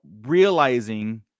realizing